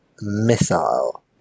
Missile